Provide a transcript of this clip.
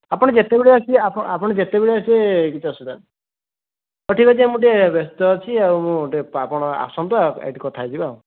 ଆପଣ ଯେତେବେଳେ ଆସିବେ ଆପଣ ଯେତବେଳେ ଆସିବେ କିଛି ଅସୁବିଧା ନାହିଁ ହଁ ଠିକ୍ ଅଛି ମୁଁ ଟିକିଏ ବ୍ୟସ୍ତ ଅଛି ଆଉ ମୁଁ ଟିକିଏ ଆପଣ ଆସନ୍ତୁ ଏଇଠି କଥା ହୋଇଯିବା ଆଉ